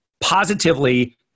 positively